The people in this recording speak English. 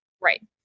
right